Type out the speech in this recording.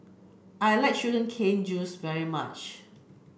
I like sugar cane juice very much